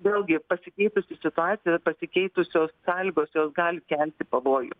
vėlgi pasikeitusi situacija pasikeitusios sąlygos jos gali kelti pavojų